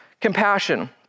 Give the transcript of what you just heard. compassion